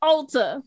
Ulta